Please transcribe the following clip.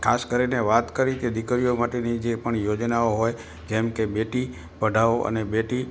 ખાસ કરીને વાત કરી કે દીકરીઓ માટેની જે પણ યોજનાઓ હોય જેમ કે બેટી પઢાવો અને બેટી